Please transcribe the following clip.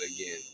again